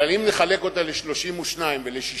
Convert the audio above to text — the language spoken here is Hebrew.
אבל, אם נחלק אותה ל-32 ול-64,